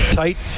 tight